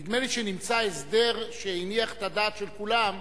נדמה לי שנמצא הסדר שהניח את הדעת של כולם.